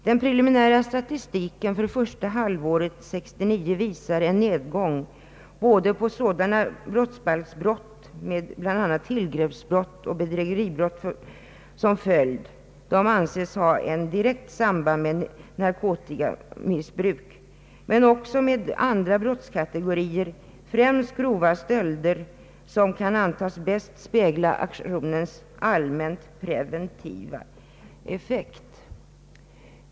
Den preliminära statistiken för första halvåret 1969 visar en nedgång både på brottsbalksbrott, med bl.a. tillgreppsbrott och bedrägeribrott som följd och som anses ha direkt samband med narkotikamissbruk, och på andra brottskategorier, främst grova stölder, som kan anses bäst spegla aktionens allmänpreventiva effekt.